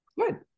good